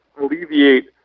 alleviate